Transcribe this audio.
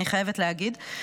אני חייבת להגיד,